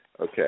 Okay